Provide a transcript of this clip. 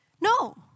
No